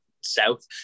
south